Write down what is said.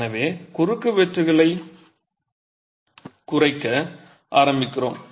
எனவே குறுக்குவெட்டுகளை குறைக்க ஆரம்பிக்கிறோம்